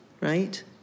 right